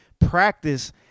practice